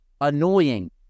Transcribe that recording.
annoying